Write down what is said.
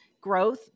growth